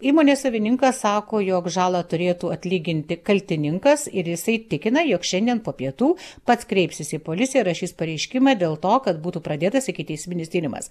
įmonės savininkas sako jog žalą turėtų atlyginti kaltininkas ir jisai tikina jog šiandien po pietų pats kreipsis į policiją rašys pareiškimą dėl to kad būtų pradėtas ikiteisminis tyrimas